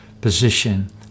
position